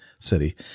city